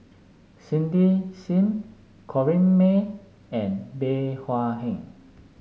Cindy Sim Corrinne May and Bey Hua Heng